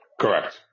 Correct